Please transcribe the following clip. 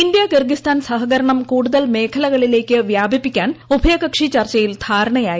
India Kyrgyzstan സഹകരണം കൂടുതൽ മേഖലകളിലേക്ക് വ്യാപിപ്പിക്കാൻ ഉഭയകക്ഷി ചർച്ചയിൽ ധാരണയായി